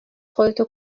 خودتو